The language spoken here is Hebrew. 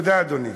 תודה, אדוני.